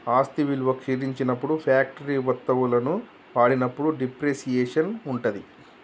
ఆస్తి విలువ క్షీణించినప్పుడు ఫ్యాక్టరీ వత్తువులను వాడినప్పుడు డిప్రిసియేషన్ ఉంటది